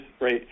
right